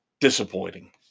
disappointing